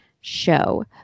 show